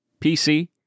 PC